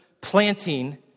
planting